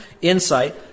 insight